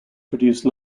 produce